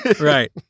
Right